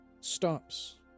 stops